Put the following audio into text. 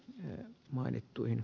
juuri mainittuihin